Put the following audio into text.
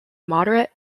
moderate